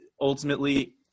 ultimately